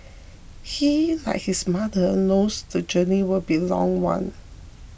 he like his mother knows the journey will be a long one